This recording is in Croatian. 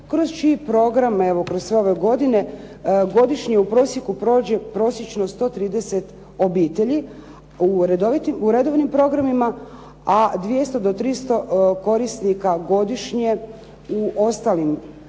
kroz čiji program evo kroz sve ove godine godišnje u prosjeku prođe 130 obitelji u redovnim programima, a 200 do 300 korisnika godišnje u ostalim preventivnim